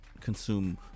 consume